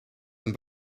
een